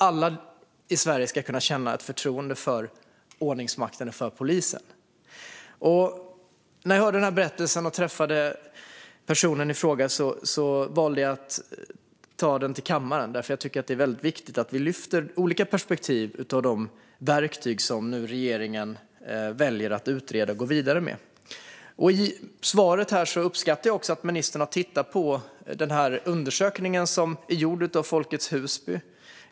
Alla i Sverige ska kunna känna förtroende för ordningsmakten och polisen. Efter att jag hört den här berättelsen och träffat personen i fråga valde jag att ta den till kammaren, eftersom jag tycker att det är väldigt viktigt att vi lyfter olika perspektiv på de verktyg som regeringen valt att utreda och gå vidare med. I svaret framgår att ministern har tittat på den undersökning som är gjord av Folkets Husby, vilket jag uppskattar.